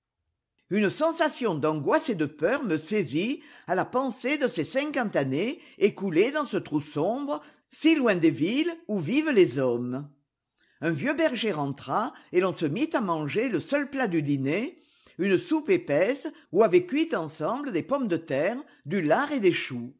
une sensation d'angoisse et de peur me saisit à la pensée de ces cinquante années écoulées dans ce trou sombre si loin des villes où vivent les hommes un vieux berger rentra et l'on se mit à manger le seul plat du dîner une soupe épaisse où avaient cuit ensemble des pommes de terre du lard et des choux